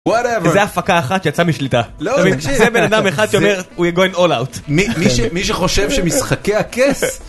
whatever. - וזה הפקה אחת שיצאה משליטה, זה בן אדם אחד שאומר we are going all out. - מי שחושב שמשחקי הכס...